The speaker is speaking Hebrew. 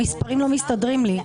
המספרים לא מסתדרים לי.